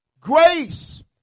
Grace